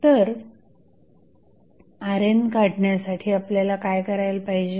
तर RN काढण्यासाठी आपल्याला काय करायला पाहिजे